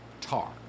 tar